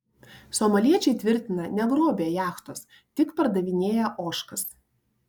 somaliečiai tvirtina negrobę jachtos tik pardavinėję ožkas